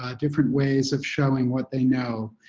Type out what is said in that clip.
ah different ways of showing what they know,